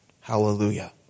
Hallelujah